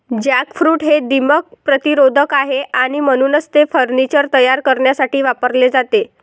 jackfruit हे दीमक प्रतिरोधक आहे आणि म्हणूनच ते फर्निचर तयार करण्यासाठी वापरले जाते